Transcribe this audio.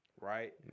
Right